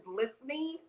listening